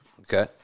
Okay